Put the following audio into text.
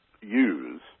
use